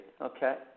Okay